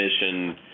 mission